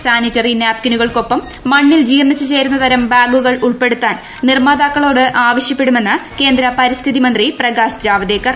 sanitary നാപ്കിനുകൾക്കൊപ്പം മണ്ണിൽ ജീർണിച്ച് ചേരുന്ന തരം ബാഗുകൾ ഉൾപ്പെടുത്താൻ നിർമ്മാതാക്കളോട് ആവശ്യപ്പെടുമെന്ന് കേന്ദ്ര പരിസ്ഥിതി മന്ത്രി പ്രകാശ് ജാവദേക്കർ